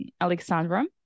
Alexandra